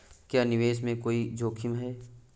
क्या निवेश में कोई जोखिम है?